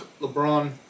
LeBron